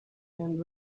and